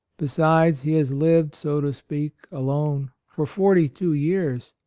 besides he has lived, so to speak, alone, for forty two years,